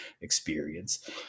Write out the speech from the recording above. experience